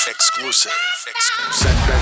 Exclusive